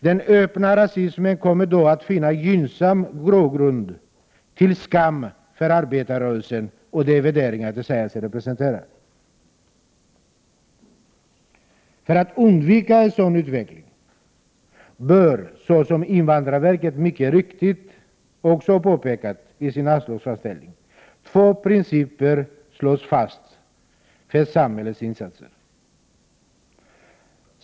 Den öppna rasismen kommer då att få gynnsam grogrund till skam för arbetarrörelsen och de värderingar som den säger sig representera. För att undvika en sådan utveckling bör, såsom invandrarverket mycket riktigt också har påpekat i sin anslagsframställning, två principer slås fast för samhällets insatser.